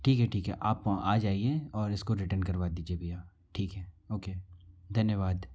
ठीक है ठीक है आप आ जाइए और इसको रिटर्न करवा दीजिए भैया ठीक है ओके धन्यवाद